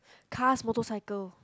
cars motorcycle